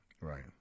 Right